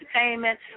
entertainment